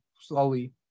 slowly